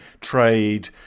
trade